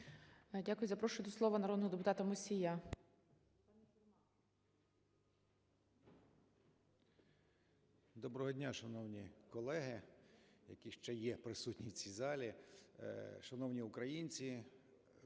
Дякую. Запрошую до слова народного депутата Мусія. 13:35:06 МУСІЙ О.С. Доброго дня, шановні колеги, які ще є присутні у цій залі, шановні українці!